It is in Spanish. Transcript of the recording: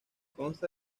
consta